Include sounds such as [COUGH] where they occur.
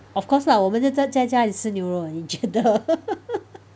of course lah 我们就在在家里吃牛肉 leh 你觉得 [LAUGHS]